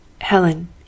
Helen